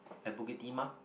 at Bukit-Timah